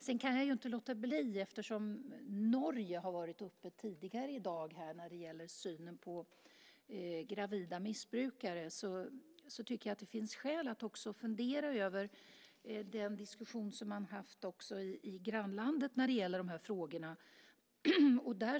Sedan kan jag inte låta bli, eftersom Norge har varit uppe tidigare i dag när det gäller synen på gravida missbrukare, att säga att jag tycker att det finns skäl att också fundera över den diskussion som man har haft i grannlandet när det gäller de här frågorna.